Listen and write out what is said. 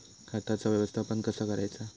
खताचा व्यवस्थापन कसा करायचा?